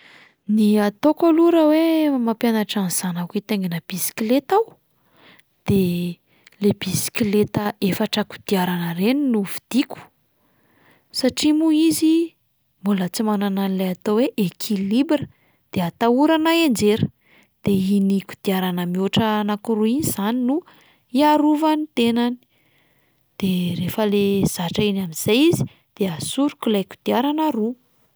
Ny ataoko aloha raha hoe mampianatra ny zanako hitaingina bisikleta aho de le bisikleta efatra kodiarana ireny no vidiako, satria moa izy mbola tsy manana an'ilay atao hoe équilibre de atahorana hianjera, de iny kodiarana mihoatra anankiroa iny izany no hiarovan'ny tenany, de rehefa le zatra iny amin'izay izy de asoriko ilay kodiarana roa.